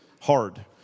hard